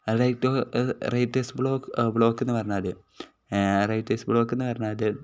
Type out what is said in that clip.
raita writers block block എന്ന് പറഞ്ഞാൽ writers block എന്ന് പറഞ്ഞാൽ